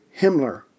Himmler